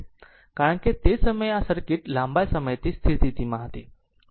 કારણ કે તે સમયે આ સર્કિટ લાંબા સમયથી સ્થિતિમાં હતી